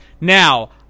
Now